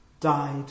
died